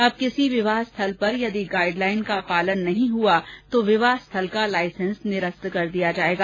अब किसी विवाह स्थल पर यदि गाइडलाइन का पालन नहीं हुआ तो विवाह स्थल का लाइसेंस निरस्त किया जायेगा